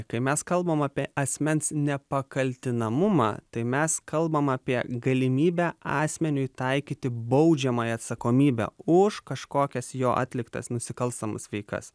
kai mes kalbam apie asmens nepakaltinamumą tai mes kalbam apie galimybę asmeniui taikyti baudžiamąją atsakomybę už kažkokias jo atliktas nusikalstamas veikas